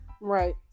Right